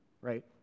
right